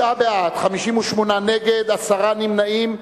תשעה בעד, 58 נגד, עשרה נמנעים.